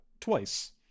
twice